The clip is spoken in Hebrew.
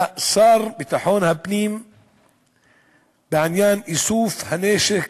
לשר לביטחון הפנים בעניין איסוף הנשק